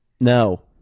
no